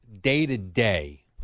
day-to-day